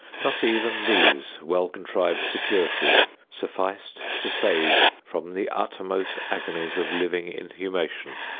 not even these well-contrived securities sufficed to save from the uttermost agonies of living inhumation,